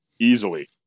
easily